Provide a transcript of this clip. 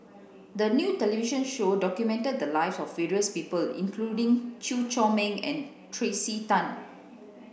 the new television show documented the live of various people including Chew Chor Meng and Tracey Tan